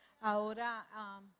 Ahora